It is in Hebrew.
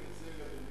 אני מצטער,